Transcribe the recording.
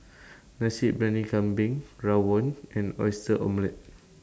Nasi Briyani Kambing Rawon and Oyster Omelette